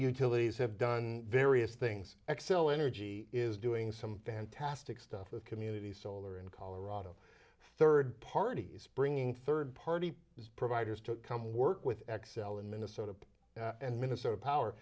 utilities have done various things xcel energy is doing some fantastic stuff with community solar in colorado third party is bringing third party providers to come work with xcel in minnesota and minnesota power